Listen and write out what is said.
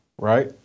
right